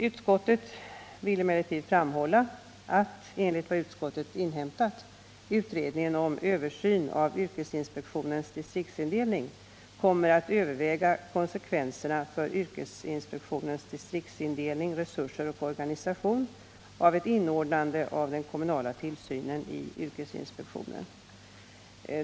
Utskottet vill emellertid framhålla att, enligt vad utskottet inhämtat, utredningen om översyn av yrkesinspektionens distriktsindelning kommer 175 att överväga konsekvenserna för yrkesinspektionens distriktsindelning, resurser och organisation av ett inordnande av den kommunala tillsynen i yrkesinspektionen.